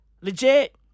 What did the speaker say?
Legit